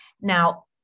Now